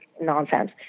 nonsense